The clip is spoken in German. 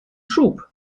schub